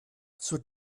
zur